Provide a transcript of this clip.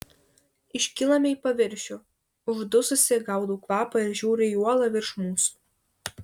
iškylame į paviršių uždususi gaudau kvapą ir žiūriu į uolą virš mūsų